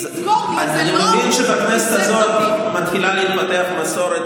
אני מבין שבכנסת הזאת מתחילה להתפתח מסורת